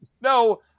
no